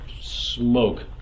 smoke